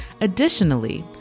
Additionally